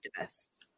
activists